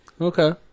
Okay